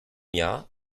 jahr